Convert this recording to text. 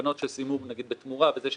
אני רוצה להזכיר פה דבר שעכשיו קרה בימים אלה.